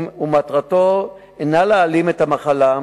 ומטרתו אינה להעלים את המחלה.